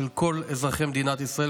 של כל אזרחי מדינת ישראל,